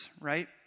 right